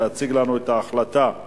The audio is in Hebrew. להציג לנו את ההחלטה.